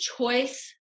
choice